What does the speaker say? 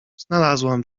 znalazłam